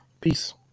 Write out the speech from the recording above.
peace